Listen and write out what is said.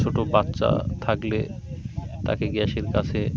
ছোটো বাচ্চা থাকলে তাকে গ্যাসের কাছে